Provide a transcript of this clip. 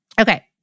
Okay